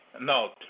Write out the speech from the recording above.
No